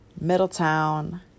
Middletown